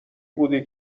بودی